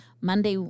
Monday